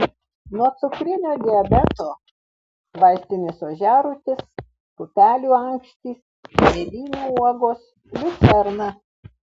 nuo cukrinio diabeto vaistinis ožiarūtis pupelių ankštys mėlynių uogos liucerna